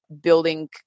building